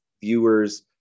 viewers